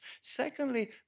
Secondly